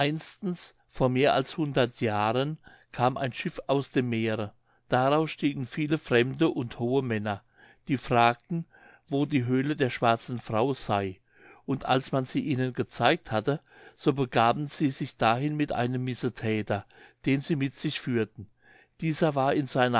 vor mehr als hundert jahren kam ein schiff aus dem meere daraus stiegen viele fremde und hohe männer die fragten wo die höhle der schwarzen frau sey und als man sie ihnen gezeigt hatte so begaben sie sich dahin mit einem missethäter den sie mit sich führten dieser war in seiner